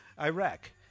Iraq